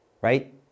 right